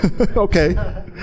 okay